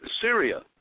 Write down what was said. Syria